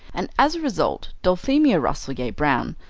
and as a result dulphemia rasselyer-brown,